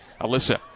Alyssa